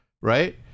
right